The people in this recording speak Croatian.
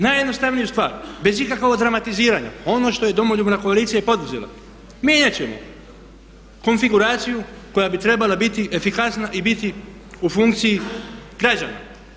Najjednostavniju stvar, bez ikakvog dramatiziranja, ono što je Domoljubna koalicija i poduzela mijenjat ćemo konfiguraciju koja bi trebala biti efikasna i biti u funkciji građana.